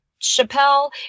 Chappelle